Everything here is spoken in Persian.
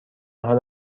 حال